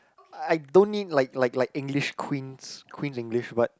I don't mean like like like English queen's queen's English but